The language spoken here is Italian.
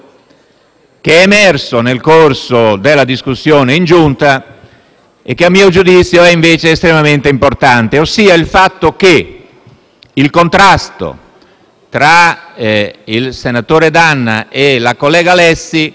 che è emerso nel corso della discussione in Giunta e che invece è estremamente importante, ossia il fatto che il contrasto tra il senatore D'Anna e la collega Lezzi